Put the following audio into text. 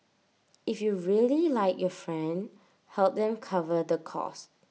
if you really like your friend help them cover the cost